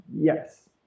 yes